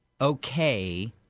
okay